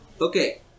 Okay